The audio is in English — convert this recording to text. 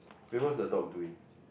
wait what's the dog doing